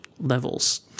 levels